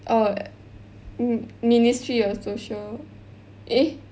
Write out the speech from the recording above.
oh m~ Ministry of Social eh